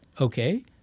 Okay